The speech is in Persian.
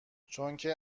چونکه